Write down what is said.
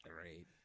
great